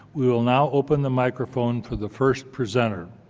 we will now open the microphone for the first presenter.